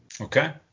Okay